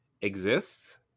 exists